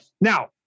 Now